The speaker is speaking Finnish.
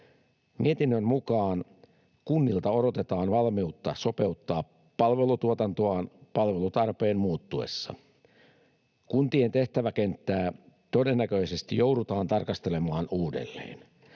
Mietinnön mukaan kunnilta odotetaan valmiutta sopeuttaa palvelutuotantoaan palvelutarpeen muuttuessa. Kuntien tehtäväkenttää todennäköisesti joudutaan tarkastelemaan uudelleen.